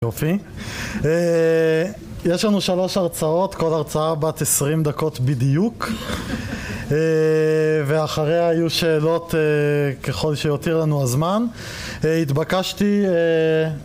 יופי, יש לנו שלוש הרצאות, כל הרצאה בת עשרים דקות בדיוק. ואחריה יהיו שאלות ככל שיותיר לנו הזמן. התבקשתי